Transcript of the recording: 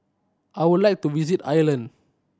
I would like to visit Ireland